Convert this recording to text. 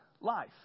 life